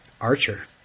Archer